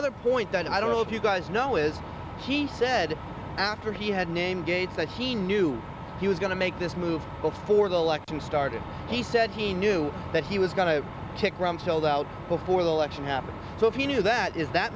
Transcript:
to the point that i don't know if you guys know is he said after he had named gates that he knew he was going to make this move before the election started he said he knew that he was going to take rumsfeld out before the election happened so if he knew that is that